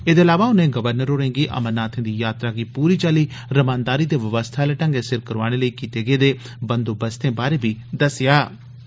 एदे इलावा उनें गवर्नर होरें गी अमरनाथ दी यात्रा गी पूरी चाली रमानदारी ते व्यवस्था आले ढंगै सिर करोआने लेई कीते जा रदे बंदोबस्तें बारै बी दस्सेया दसाया